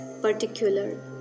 particular